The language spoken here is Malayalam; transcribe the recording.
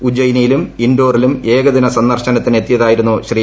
ഉജ്ജയിനിലും ഇൻഡോറിലും ഏകദിന സന്ദർശനത്തിന് എത്തിയതായിരുന്നു ശ്രീ